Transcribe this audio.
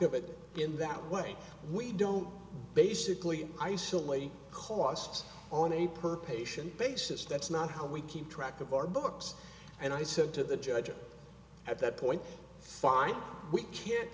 of it in that way we don't basically isolate costs on a per patient basis that's not how we keep track of our books and i said to the judge at that point fine we can